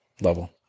level